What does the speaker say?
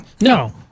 No